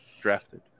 drafted